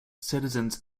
citizens